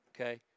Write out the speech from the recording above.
Okay